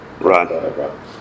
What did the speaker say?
Right